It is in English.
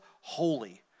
holy